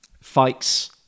fights